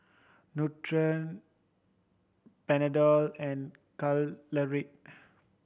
Nutren Panadol and Caltrate